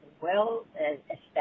well-established